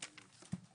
מצגת)